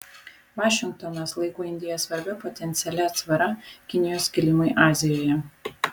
vašingtonas laiko indiją svarbia potencialia atsvara kinijos kilimui azijoje